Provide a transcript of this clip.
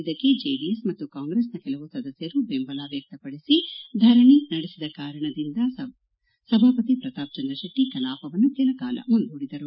ಇದಕ್ಕೆ ಜೆಡಿಎಸ್ ಮತ್ತು ಕಾಂಗ್ರೆಸ್ನ ಕೆಲವು ಸದಸ್ಯರು ಬೆಂಬಲ ವ್ಯಕ್ತಪಡಿಸಿ ಧರಣಿ ನಡೆಸಿದ ಕಾರಣದಿಂದ ಸಭಾಪತಿ ಪ್ರತಾಪ್ ಚಂದ್ರಶೆಟ್ಟ ಕಲಾಪವನ್ನು ಕೆಲ ಕಾಲ ಮುಂದೂಡಿದರು